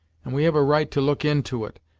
and we have a right to look into it,